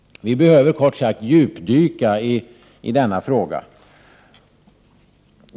Vi behöver kort sagt djupdyka i denna fråga.